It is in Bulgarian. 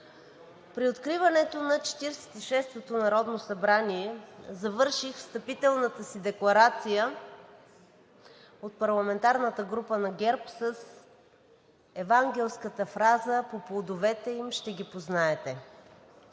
При откриването а 46-ото народно събрание завърших встъпителната си декларация от парламентарната група на ГЕРБ с евангелската фраза „По плодовете им ще ги познаете“.